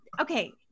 okay